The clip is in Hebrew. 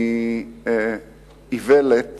מאיוולת